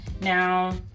Now